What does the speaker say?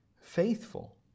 faithful